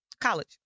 college